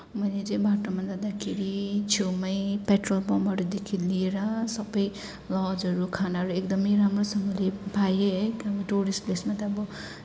मैले चाहिँ बाटोमा जाँदाखेरि छेउमै पेट्रोल पम्पहरूदेखि लिएर सबै लजहरू खानाहरू एकदमै राम्रोसँगले पाएँ है त्यहाँबाट टुरिस्ट प्लेसमा त अब